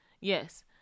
yes